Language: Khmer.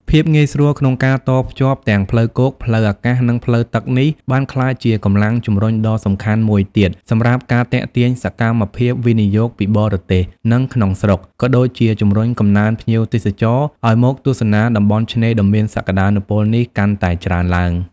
ភាពងាយស្រួលក្នុងការតភ្ជាប់ទាំងផ្លូវគោក ផ្លូវអាកាស និងផ្លូវទឹកនេះ បានក្លាយជា កម្លាំងជំរុញដ៏សំខាន់មួយទៀត សម្រាប់ការ ទាក់ទាញសកម្មភាពវិនិយោគ ពីបរទេស និងក្នុងស្រុក ក៏ដូចជា ជំរុញកំណើនភ្ញៀវទេសចរ ឲ្យមកទស្សនាតំបន់ឆ្នេរដ៏មានសក្តានុពលនេះកាន់តែច្រើនឡើង។